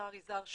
לשר יזהר שי,